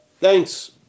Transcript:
thanks